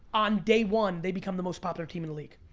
on day one, they become the most popular team in the league.